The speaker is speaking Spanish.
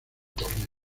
torneo